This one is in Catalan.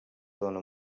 dona